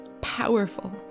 powerful